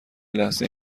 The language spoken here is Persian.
لحظه